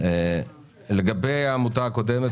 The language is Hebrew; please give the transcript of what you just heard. יש להם מכתבים, שיבדקו אותם,